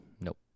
nope